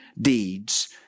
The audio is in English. deeds